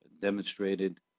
demonstrated